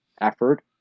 effort